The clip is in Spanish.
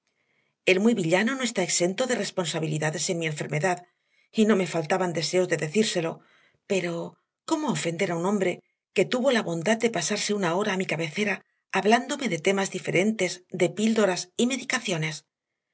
el muy villano no está exento de responsabilidades en mi enfermedad y no me faltaban deseos de decírselo pero cómo ofender a un hombre que tuvo la bondad de pasarse una hora a mi cabecera hablándome de temas diferentes de píldoras y medicaciones